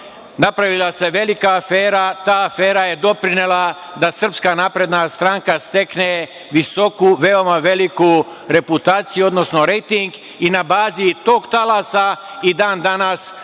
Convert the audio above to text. napravila se velika afera. Ta afera je doprinela da SNS stekne visoku, veoma veliku reputaciju, odnosno rejting i na bazi tog talasa i dan danas